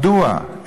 מדוע?